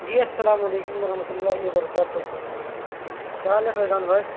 جی السلام علیکم و رحمتہ اللہ و برکاتہ کیا حال ہے فیضان بھائی